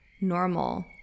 normal